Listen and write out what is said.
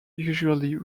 usually